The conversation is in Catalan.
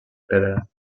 pedra